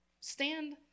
stand